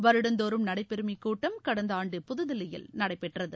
வருடந்தோறும் நடைபெறும் இக்கூட்டம் கடந்த ஆண்டு புதுதில்லியில் நடைபெற்றது